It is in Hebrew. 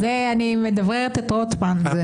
אני מדבררת את רוטמן.